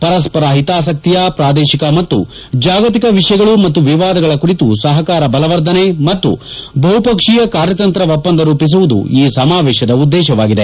ಪರಸ್ಪರ ಹಿತಾಸಕ್ತಿಯ ಪ್ರಾದೇಶಿಕ ಮತ್ತು ಜಾಗತಿಕ ವಿಷಯಗಳು ಮತ್ತು ವಿವಾದಗಳ ಕುರಿತು ಸಹಕಾರ ಬಲವರ್ಧನೆ ಮತ್ತು ಬಹುಪಕ್ಷೀಯ ಕಾರ್ಯತಂತ್ರ ಒಪ್ಪಂದ ರೂಪಿಸುವುದು ಈ ಸಮಾವೇಶದ ಉದ್ದೇಶವಾಗಿದೆ